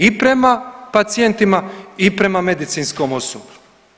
I prema pacijentima i prema medicinskom osoblju.